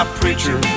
preacher